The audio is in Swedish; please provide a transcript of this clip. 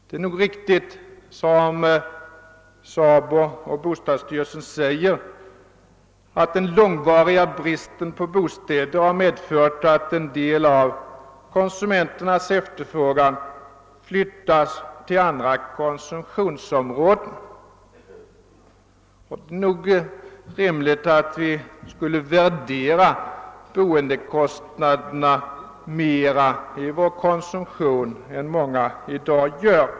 Det är antagligen så som SABO och bostadsstyrelsen hävdar, att den långvariga bristen på bostäder har medfört att en del av konsumenternas efterfrågan har flyttats över på andra konsumtionsområden. Vi bör nog värdera boendekostnaderna mera i vår konsumtion än vad många människor i dag gör.